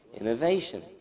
innovation